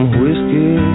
whiskey